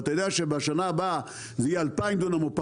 ואתה יודע שבשנה הבאה זה יהיה 2,000 דונם או פחות,